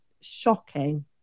shocking